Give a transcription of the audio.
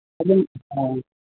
ꯑꯗꯨꯝ ꯍꯣꯏ